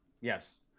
yes